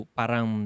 parang